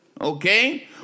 okay